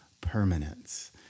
permanence